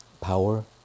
power